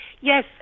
yes